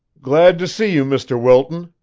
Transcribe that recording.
glad to see you, mr. wilton,